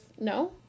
No